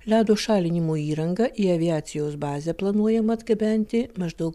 ledo šalinimo įrangą į aviacijos bazę planuojama atgabenti maždau